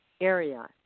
area